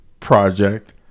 project